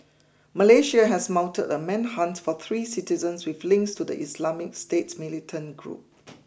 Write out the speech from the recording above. Malaysia has mounted a manhunt for three citizens with links to the Islamic State militant group